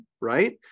right